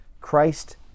Christ